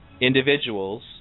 individuals